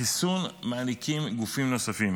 חיסון מעניקים גופים נוספים.